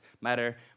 matter